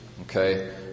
okay